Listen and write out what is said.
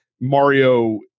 mario